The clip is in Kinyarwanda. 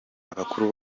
abakuru